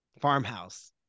farmhouse